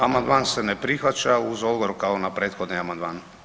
Amandman se ne prihvaća uz odgovor kao na prethodni amandman.